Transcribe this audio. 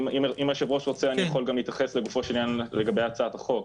אם היושב-ראש רוצה אני יכול גם להתייחס לגופו של עניין לגבי הצעת החוק.